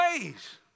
ways